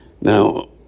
Now